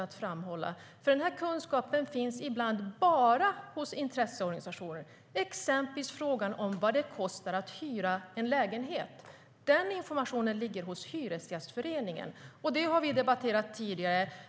Den här kunskapen finns nämligen ibland bara hos intresseorganisationerna, exempelvis frågan om vad det kostar att hyra en lägenhet. Den informationen ligger hos Hyresgästföreningen. Det har vi debatterat tidigare.